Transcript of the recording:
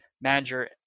manager